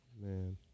man